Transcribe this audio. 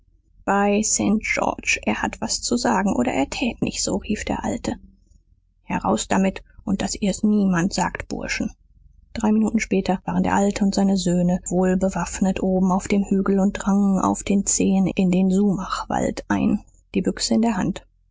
bei st georg er hat was zu sagen oder er tät nicht so rief der alte heraus damit und daß ihr's niemand sagt burschen drei minuten später waren der alte und seine söhne wohlbewaffnet oben auf dem hügel und drangen auf den zehen in den sumachwald ein die büchse in der hand